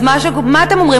אז מה אתם אומרים?